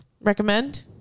Recommend